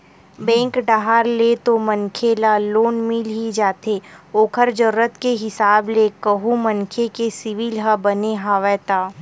bank डाहर ले तो मनखे ल लोन मिल ही जाथे ओखर जरुरत के हिसाब ले कहूं मनखे के सिविल ह बने हवय ता